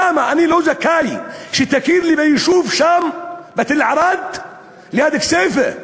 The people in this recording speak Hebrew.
למה אני לא זכאי שתכיר לי ביישוב שם בתל-ערד ליד כסייפה?